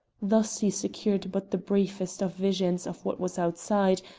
thus he secured but the briefest of visions of what was outside,